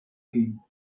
game